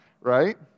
right